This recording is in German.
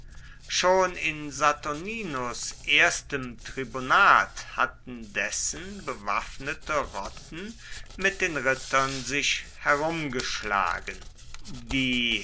schon in saturninus erstem tribunat hatten dessen bewaffnete rotten mit den rittern sich herumgeschlagen die